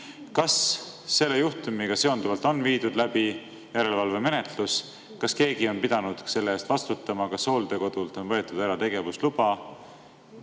Kas selle juhtumiga seonduvalt on viidud läbi järelevalvemenetlus? Kas keegi on pidanud selle eest vastutama? Kas hooldekodult on tegevusluba